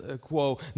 quo